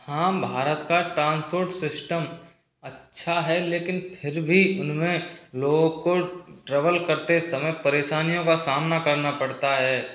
हाँ भारत का transport system अच्छा है लेकिन फ़िर भी उनमें लोगों को ट्रेवल करते समय परेशानियों का सामना करना पड़ता है